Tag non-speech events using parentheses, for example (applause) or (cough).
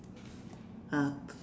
(breath) ah